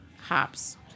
hops